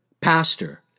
pastor